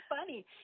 funny